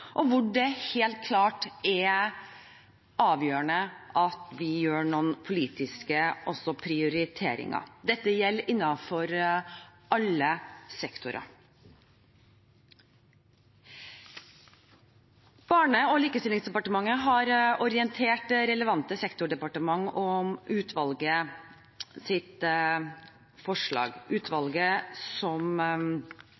og hvor det helt klart er avgjørende at vi gjør noen politiske prioriteringer. Dette gjelder innenfor alle sektorer. Barne- og likestillingsdepartementet har orientert relevante sektordepartement om utvalgets forslag. Utvalget har sett på funksjonshemmedes rettigheter og